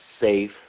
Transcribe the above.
safe